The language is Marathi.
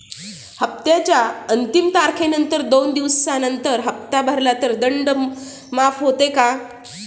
हप्त्याच्या अंतिम तारखेनंतर दोन दिवसानंतर हप्ता भरला तर दंड माफ होतो का?